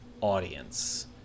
audience